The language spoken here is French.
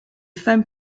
femmes